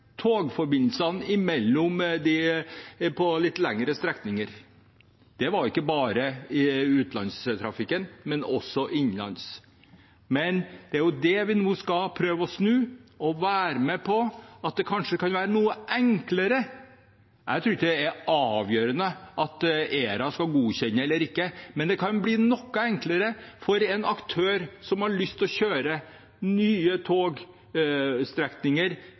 togforbindelsene på litt lengre strekninger – ikke bare utenlandstrafikken, men også innenlands. Men det er jo det vi nå skal prøve å snu, og være med på at det kanskje kan bli noe enklere. Jeg tror ikke det er avgjørende om ERA skal godkjenne eller ikke, men det kan bli noe enklere for en aktør som har lyst til å kjøre nye togstrekninger,